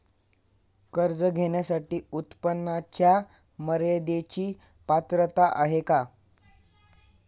कर्ज घेण्यासाठी उत्पन्नाच्या मर्यदेची पात्रता आहे का?